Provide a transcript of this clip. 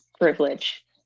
privilege